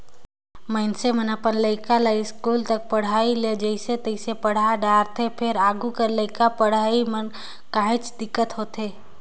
मइनसे मन अपन लइका ल इस्कूल तक कर पढ़ई ल जइसे तइसे पड़हा डारथे फेर आघु कर बड़का पड़हई म काहेच दिक्कत होथे